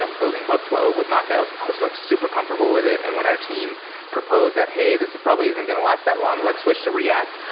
um building weblow with knockout, i was like super comfortable with it. and when our team proposed that, hey, this probably isn't going to last that long. let's switch to react.